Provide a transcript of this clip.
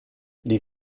die